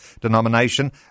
denomination